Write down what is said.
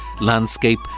landscape